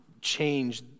change